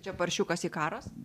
čia paršiukas ikaras